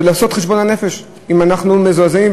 ולעשות חשבון נפש אם אנחנו מזועזעים,